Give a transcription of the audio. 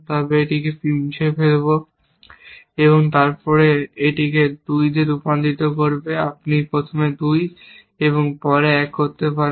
তবে এটি P মুছে ফেলবে এবং তারপরে এটি 2 তে রূপান্তর করবে যে আপনি প্রথমে 2 এবং পরে 1 করতে পারেন